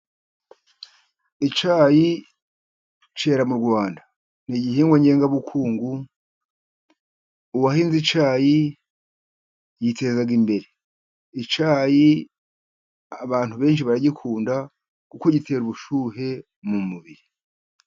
Icyayi kera mu Rwanda n'igihingwa ngenga bukungu, uwahinze icyayi yiteza imbere, icyayi abantu benshi baragikunda kuko gitera ubushyuhe mu mubiri.